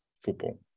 football